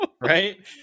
right